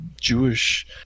jewish